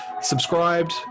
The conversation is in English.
subscribed